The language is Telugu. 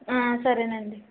ఆ సరే అండి